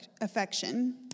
affection